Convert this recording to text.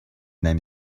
нами